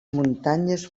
muntanyes